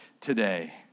today